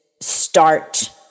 start